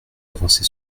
avancée